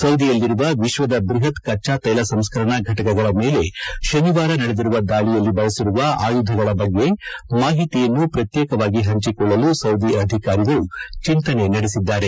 ಸೌದಿಯಲ್ಲಿರುವ ವಿಶ್ವದ ಬೃಹತ್ ಕಚ್ಚಾ ತೈಲ ಸಂಸ್ಕ ರಣಾ ಘಟಕಗಳ ಮೇಲೆ ಶನಿವಾರ ನಡೆದಿರುವ ದಾಳಿಯಲ್ಲಿ ಬಳಸಿರುವ ಆಯುಧಗಳ ಬಗ್ಗೆ ಮಾಹಿತಿಯನ್ನು ಪ್ರತ್ಯೇಕವಾಗಿ ಹೆಂಚಿಕೊಳ್ಳಲು ಸೌದಿ ಅಧಿಕಾರಿಗಳು ಚಿಂತನೆ ನಡೆಸಿದ್ದಾರೆ